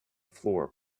floor